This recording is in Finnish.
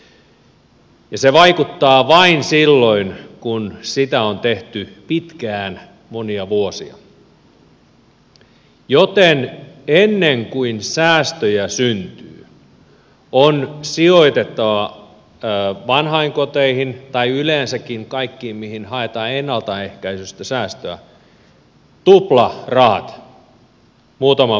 ja se vaikuttaa vain silloin kun sitä on tehty pitkään monia vuosia joten ennen kuin säästöjä syntyy on sijoitettava vanhainkoteihin tai yleensäkin kaikkiin mihin haetaan ennaltaehkäisystä säästöä tuplarahat muutaman vuoden ajan että ne säästöt syntyvät